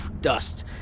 Dust